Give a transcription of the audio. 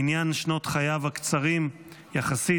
מניין שנות חייו הקצרים יחסית